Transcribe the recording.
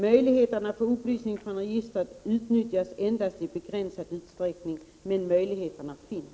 Möjligheterna att få upplysning från registret utnyttjas endast i begränsad utsträckning. Men sådana möjligheter finns.